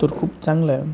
तर खूप चांगलाय